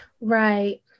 Right